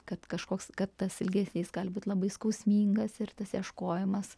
kad kažkoks kad tas ilgesys gali būt labai skausmingas ir tas ieškojimas